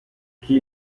chi